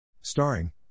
Starring